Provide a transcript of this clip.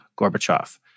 Gorbachev